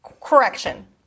Correction